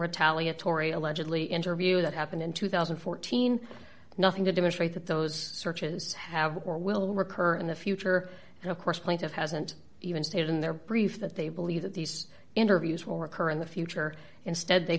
retaliatory allegedly interview that happened in two thousand and fourteen nothing to demonstrate that those searches have or will recur in the future and of course plaintiff hasn't even stated in their brief that they believe that these interviews will recur in the future instead they